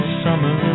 summer